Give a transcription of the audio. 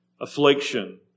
affliction